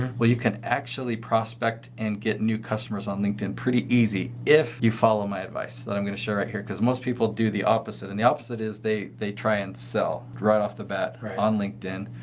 well, you can actually prospect and get new customers on linkedin pretty easy if you follow my advice that i'm going to show right here. because most people do the opposite. and the opposite is they they try and sell draw it off the bat on linkedin.